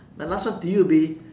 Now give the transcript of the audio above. my last one to you would be